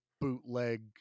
bootleg